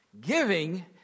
Giving